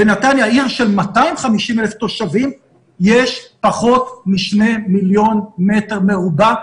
עיר של 250,000 תושבים יש פחות מ-2 מיליון מטר מרובע,